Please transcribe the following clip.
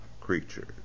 creatures